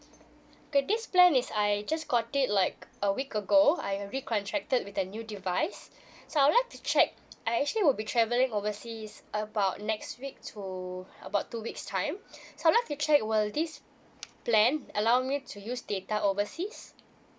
okay this plan is I just got it like a week ago I had recontracted with a new device so I'd like to check I actually will be travelling overseas about next week to about two weeks time so I'd like to check will this plan allow me to use data overseas